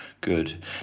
Good